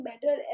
better